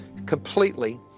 completely